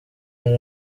hari